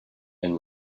and